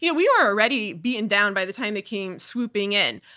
yeah we were already beaten down by the time they came swooping in.